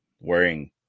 wearing